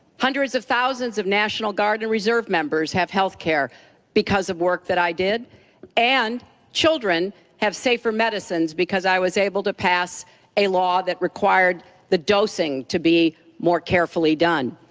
hundreds of thousands of national guard and reserve members have healthcare because of work that i did and children have safer medicines because i was able to pass a law that required the dosing to be more carefully done.